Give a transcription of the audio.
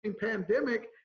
pandemic